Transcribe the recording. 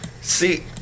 See